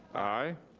aye.